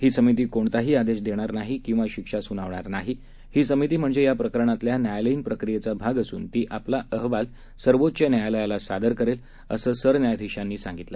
ही समिती कोणताही आदेश देणार नाही किंवा शिक्षा सुनावणार नाही ही समिती म्हणजे या प्रकरणातल्या न्यायालयीन प्रक्रियेचा भाग असून ती आपला अहवाल सर्वोच्च न्यायालयाला सादर करेल असं सरन्यायाधीशांनी सांगितलं